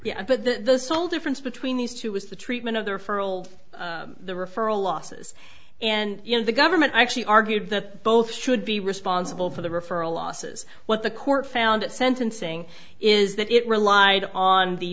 exactly but the the sole difference between these two was the treatment of the referral the referral losses and you know the government actually argued that both should be responsible for the referral losses what the court found at sentencing is that it relied on the